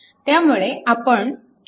त्यामुळे आपण KCL वापरू शकतो